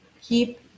Keep